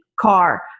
car